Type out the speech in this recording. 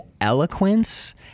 eloquence